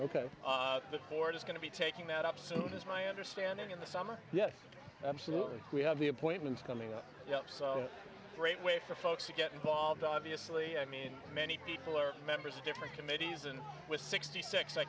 ok up the board is going to be taking that up soon is my understanding in the summer yes absolutely we have the appointments coming up so great way for folks to get involved obviously i mean many people are members of different committees and with sixty six